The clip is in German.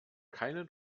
keinen